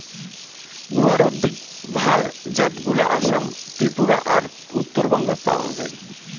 গুয়ার অধিক ভাল জাতগুলা আসাম, ত্রিপুরা আর উত্তরবঙ্গত পাওয়াং যাই